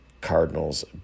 Cardinals